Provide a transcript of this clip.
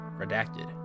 Redacted